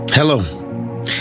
Hello